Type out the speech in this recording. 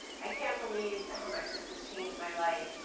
i can't believe how much this has changed my life.